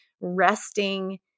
resting